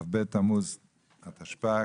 כ"ב תמוז התשפ"ג,